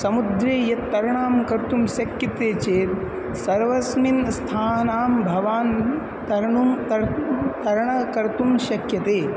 समुद्रे यत् तरणं कर्तुं शक्यते चेत् सर्वस्मिन् स्थानं भवान् तरणं तर् तरणं कर्तुं शक्यते